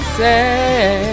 say